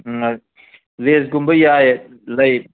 ꯂꯦꯁꯀꯨꯝꯕ ꯌꯥꯏ ꯂꯩ